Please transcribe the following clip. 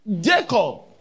Jacob